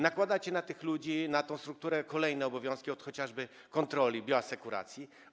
Nakładacie na tych ludzi, na tę strukturę kolejne obowiązki, ot chociażby kontroli bioasekuracji.